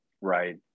Right